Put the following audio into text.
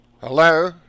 Hello